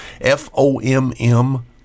f-o-m-m